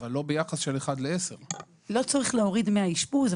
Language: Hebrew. אבל לא ביחס של 1:10. לא צריך להוריד מהאשפוז,